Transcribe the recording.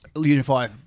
Unify